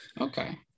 Okay